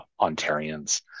ontarians